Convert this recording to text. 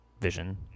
vision